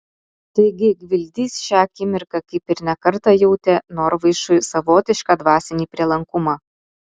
taigi gvildys šią akimirką kaip ir ne kartą jautė norvaišui savotišką dvasinį prielankumą